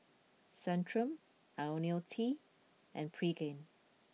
Centrum Ionil T and Pregain